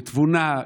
בתבונה,